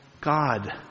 God